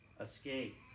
escape